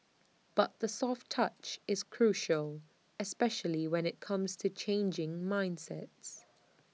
but the soft touch is crucial especially when IT comes to changing mindsets